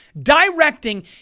directing